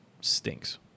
stinks